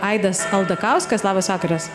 aidas aldakauskas labas vakaras